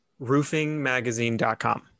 Roofingmagazine.com